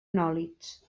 nòlits